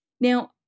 Now